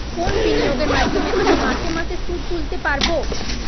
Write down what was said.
কোন বিনিয়োগের মাধ্যমে আমি মাসে মাসে সুদ তুলতে পারবো?